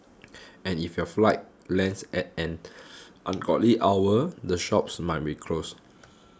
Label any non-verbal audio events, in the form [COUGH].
[NOISE] and if your flight lands at an [NOISE] ungodly hour the shops might be closed